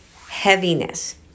heaviness